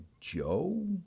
Joe